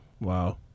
Wow